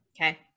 Okay